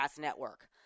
network